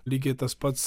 lygiai tas pats